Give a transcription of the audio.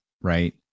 right